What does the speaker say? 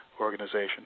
organization